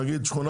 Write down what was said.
צריך פתרון לזה.